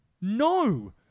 No